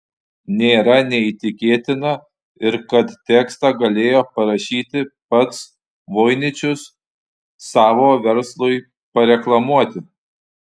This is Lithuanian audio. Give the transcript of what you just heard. nėra neįtikėtina ir kad tekstą galėjo parašyti pats voiničius savo verslui pareklamuoti